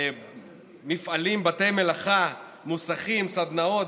מפעלים, בתי מלאכה, מוסכים, סדנאות.